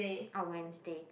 orh Wednesday